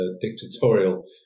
dictatorial